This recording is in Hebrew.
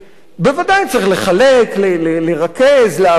בוודאי, צריך לחלק, לרכז, להעביר.